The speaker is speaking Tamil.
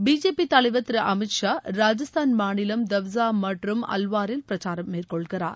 பிஜேபி தலைவர் திரு அமீத் ஷா ராஜஸ்தான் மாநிலம் தவ்சா மற்றும் அல்வாரில் பிரச்சாரம் மேற்கொள்கிறார்